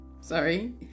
sorry